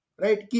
right